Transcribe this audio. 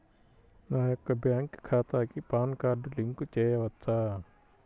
నా యొక్క బ్యాంక్ ఖాతాకి పాన్ కార్డ్ లింక్ చేయవచ్చా?